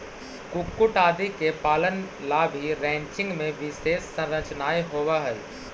कुक्कुट आदि के पालन ला भी रैंचिंग में विशेष संरचनाएं होवअ हई